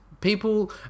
people